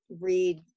read